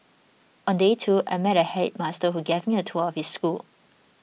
on day two I met a headmaster who gave me a tour of his school